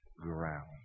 ground